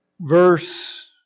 verse